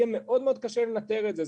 יהיה מאוד מאוד קשה לנטר את זה.